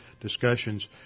discussions